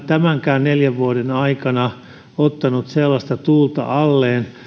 tämänkään neljän vuoden aikana ottaa sellaista tuulta alleen